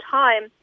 time